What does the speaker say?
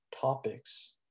topics